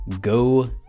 Go